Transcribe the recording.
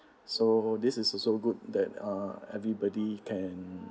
so this is also good that uh everybody can